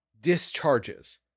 discharges